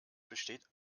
besteht